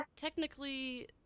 technically